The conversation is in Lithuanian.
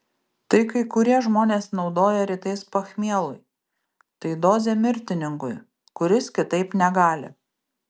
tai kai kurie žmonės naudoja rytais pachmielui tai dozė mirtininkui kuris kitaip negali